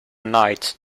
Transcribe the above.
knight